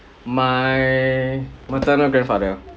my maternal grandfather